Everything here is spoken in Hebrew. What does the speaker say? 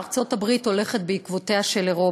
ארצות-הברית הולכת בעקבותיה של אירופה,